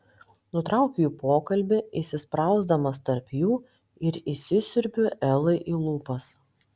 nutraukiu jų pokalbį įsisprausdamas tarp jų ir įsisiurbiu elai į lūpas